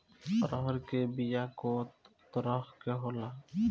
अरहर के बिया कौ तरह के होला?